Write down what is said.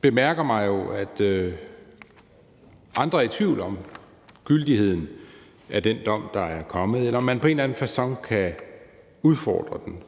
bemærker jeg mig jo, at andre er i tvivl om gyldigheden af den dom, der er kommet, eller om man på en eller anden facon kan udfordre den,